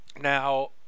now